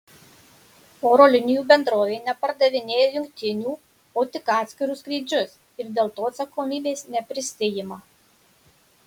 oro linijų bendrovė nepardavinėja jungtinių o tik atskirus skrydžius ir dėl to atsakomybės neprisiima